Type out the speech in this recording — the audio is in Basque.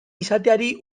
izateari